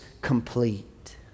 complete